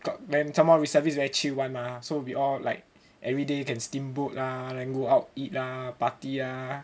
got then some more reservice very chill [one] mah so we all like everyday you can steamboat lah and go out eat lah party ah